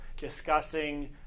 discussing